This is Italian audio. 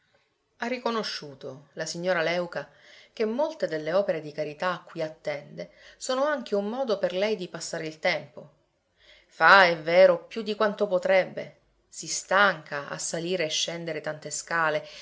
ha riconosciuto la signora léuca che molte delle opere di carità a cui attende sono anche un modo per lei di passare il tempo fa è vero più di quanto potrebbe si stanca a salire e scendere tante scale